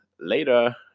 Later